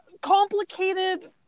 complicated